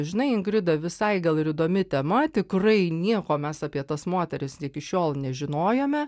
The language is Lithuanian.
žinai ingrida visai gal ir įdomi tema tikrai nieko mes apie tas moteris iki šiol nežinojome